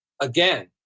again